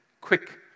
quick